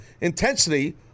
intensity